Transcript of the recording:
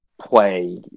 play